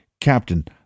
Captain